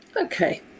okay